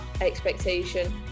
expectation